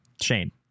Shane